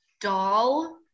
doll